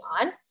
on